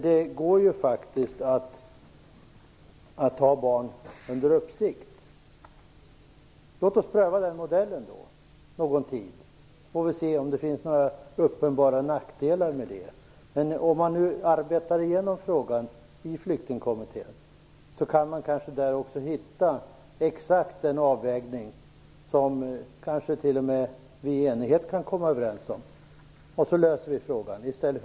Det går att hålla barn under uppsikt. Låt oss pröva den modellen en tid. Sedan får vi se om det finns några uppenbara nackdelar. Om man i Flyktingkommittén arbetar igenom frågan kanske man där kan hitta exakt den avvägning som vi kan komma överens om. På så sätt löses problemet.